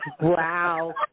Wow